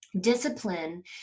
Discipline